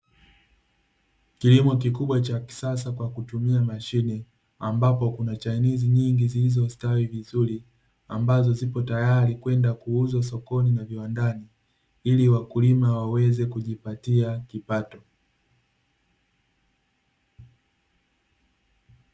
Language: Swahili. Kilimo kikubwa cha kisasa kwa kutumia mashine, ambapo kuna chainizi nyingi zilizostawi vizuri, ambazo zipo tayari kwenda kuuzwa sokoni na viwandani, ili wakulima waweze kujipatia kipato.